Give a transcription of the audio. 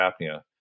apnea